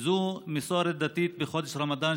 וזו מסורת דתית בחודש רמדאן,